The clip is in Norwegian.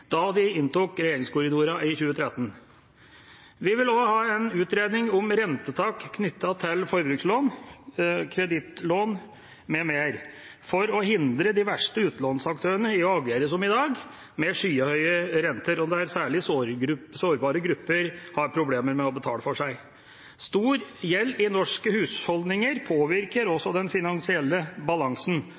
da de inntok regjeringskorridorene i 2013. Vi vil også ha en utredning om rentetak knyttet til forbrukslån, kredittlån m.m. for å hindre de verste utlånsaktørene i å agere som i dag, med skyhøye renter, som gjør at særlig sårbare grupper har problemer med å betale for seg. Stor gjeld i norske husholdninger påvirker også den finansielle balansen.